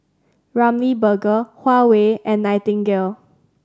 Ramly Burger Huawei and Nightingale